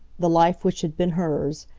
the life which had been hers.